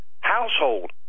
household